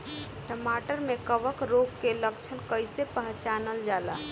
टमाटर मे कवक रोग के लक्षण कइसे पहचानल जाला?